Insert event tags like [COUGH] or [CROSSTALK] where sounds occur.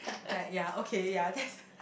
then I like ya okay ya that's [BREATH]